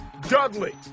Dudley